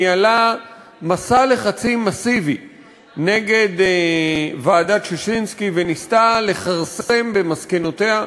ניהלה מסע לחצים מסיבי נגד ועדת ששינסקי וניסתה לכרסם במסקנותיה.